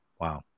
Wow